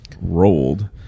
rolled